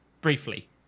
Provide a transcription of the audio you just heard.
Briefly